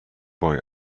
boy